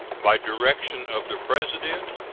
by direction of the president,